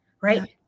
Right